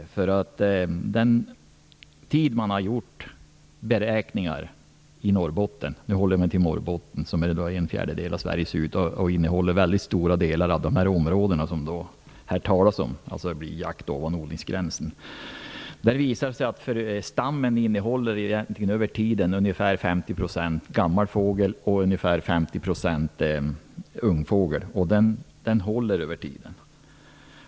Under den tid man har gjort beräkningar i Norrbotten - jag håller mig till Norrbotten som utgör en fjärdedel av Sveriges yta och har väldigt stora delar av de områden för jakt ovanför odlingsgränsen som vi talar om här - visar det sig att stammen innehåller ungefär 50 % gammal fågel och 50 % ungfågel. De uppgifterna håller över tiden.